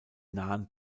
nahen